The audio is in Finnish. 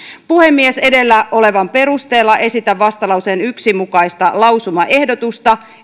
puhemies edellä olevan perusteella esitän vastalauseen yksi mukaista lausumaehdotusta